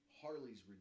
Harley's